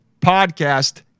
podcast